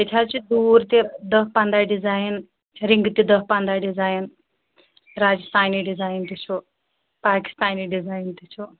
ییٚتہِ حظ چھِ دوٗر تہٕ دَہ پَنٛداہ ڈیزایَن رِنٛگہٕ تہِ دَہ پنٛداہ ڈیزاین راجِستھٲنی ڈیزاین تہِ چھُ پأکِستٲنی ڈیزاین تہِ چھُ